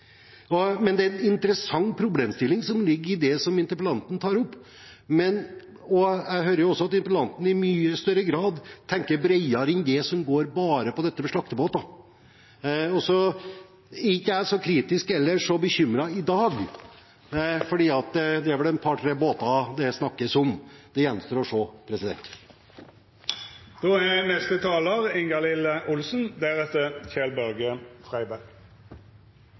Men det er en interessant problemstilling som ligger i det som interpellanten tar opp, og jeg hører også at interpellanten i stor grad tenker bredere enn det som går bare på dette med slaktebåter. Jeg er ikke så kritisk eller bekymret i dag, for det er vel en par-tre båter det snakkes om. Det gjenstår å se. Først vil jeg takke Ruth Grung for å ha løftet denne problemstillingen til debatt. Arbeiderpartiet er